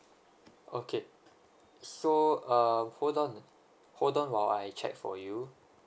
okay so um hold on hold on while I check for you